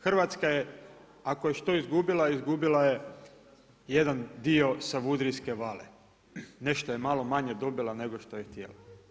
Hrvatska je ako je što izgubila, izgubila je jedan dio Savudrijske vale, nešto je malo manje dobila nego što je htjela.